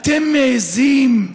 אתם מעיזים,